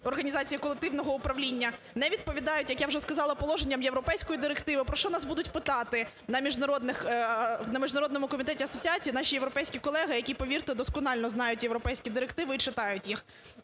організації колективного управління. Не відповідають, як я вже сказала, положенням європейської директиви, про що нас будуть питати на Міжнародному комітеті асоціації наші європейські колеги, які, повірте, досконально знають європейські директиви і читають їх.